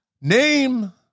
name